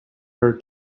her